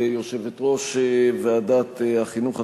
ליושבת-ראש ועדת החינוך,